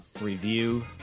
review